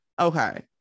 Okay